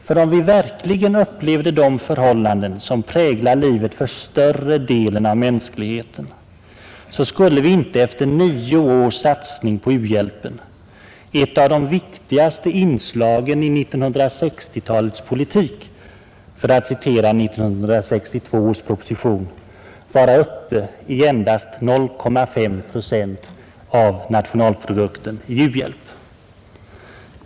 För om vi verkligen upplevde de förhållanden som präglar livet för större delen av mänskligheten, skulle vi inte efter nio års satsning på u-hjälpen — ”ett av de viktigaste inslagen i 1960-talets politik” för att citera 1962 års proposition — vara uppe i endast 0,5 procent av nationalprodukten i u-hjälp.